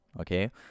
okay